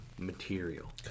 material